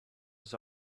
was